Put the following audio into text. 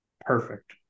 perfect